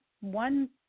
one